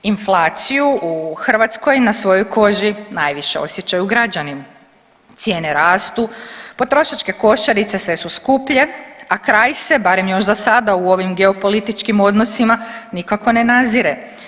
Inflaciju u Hrvatskoj na svojoj koži najviše osjećaju građani, cijene rastu, potrošačke košarice sve su skuplje, a kraj se barem još za sada u ovim geopolitičkim odnosima nikako ne nazire.